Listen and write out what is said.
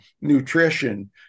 nutrition